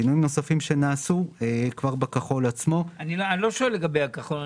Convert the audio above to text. שינויים נוספים שנעשו כבר בכחול עצמו --- אני לא שואל לגבי הכחול,